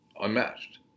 unmatched